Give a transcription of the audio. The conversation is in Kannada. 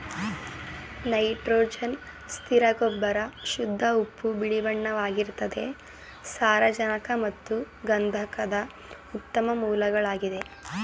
ನೈಟ್ರೋಜನ್ ಸ್ಥಿರ ಗೊಬ್ಬರ ಶುದ್ಧ ಉಪ್ಪು ಬಿಳಿಬಣ್ಣವಾಗಿರ್ತದೆ ಸಾರಜನಕ ಮತ್ತು ಗಂಧಕದ ಉತ್ತಮ ಮೂಲಗಳಾಗಿದೆ